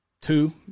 two